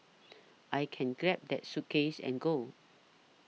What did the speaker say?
I can grab that suitcase and go